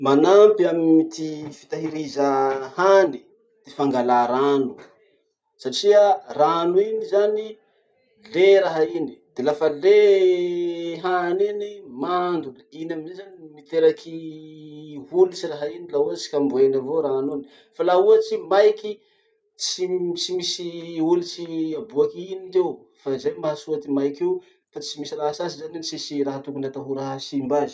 Manampy amy ty fitahiriza hany ty fangalà rano satria rano iny zany, le raha iny. De lafa le hany iny, mando. Iny amizay zany miteraky olitsy raha iny laha ohatsy ka mbo eny avao rano iny. Fa laha ohatsy i maiky, tsy misy olitsy aboaky i iny ty eo, fa zay mahasoa ty maiky io, sady tsy misy raha sasy zany eo, tsisy raha atahora tokony hahasimba azy.